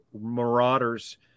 marauders